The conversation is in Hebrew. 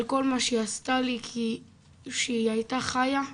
על כל מה שהיא עשתה לי, כי שהיא הייתה חייה,